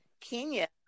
Kenya